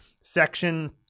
section